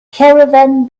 caravan